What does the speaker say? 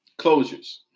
closures